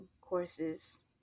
courses